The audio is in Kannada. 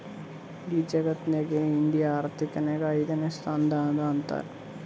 ಇಡಿ ಜಗತ್ನಾಗೆ ಇಂಡಿಯಾ ಆರ್ಥಿಕ್ ನಾಗ್ ಐಯ್ದನೇ ಸ್ಥಾನ ಅದಾ ಅಂತಾರ್